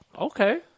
Okay